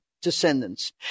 descendants